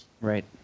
Right